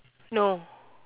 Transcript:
no